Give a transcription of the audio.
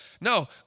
no